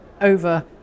over